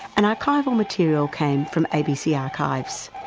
and archival material came from abc archives.